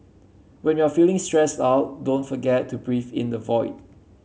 when you are feeling stressed out don't forget to breath into void